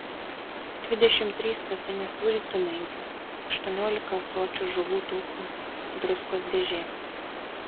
dvidešimt trys statinės sūdytų menkių aštuoniolika ąsočių žuvų taukų druskos dėžė